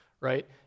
right